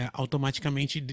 automaticamente